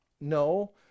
no